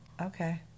Okay